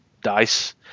dice